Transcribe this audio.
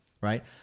right